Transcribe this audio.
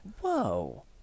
Whoa